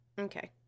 Okay